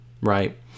right